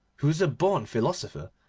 who was a born philosopher,